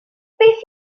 beth